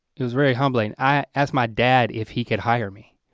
it was very humbling. i asked my dad if he could hire me.